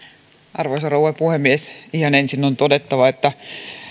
arvoisa rouva puhemies ihan ensin on todettava että